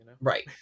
Right